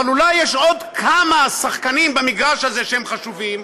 אבל אולי יש עוד כמה שחקנים במגרש הזה שהם חשובים,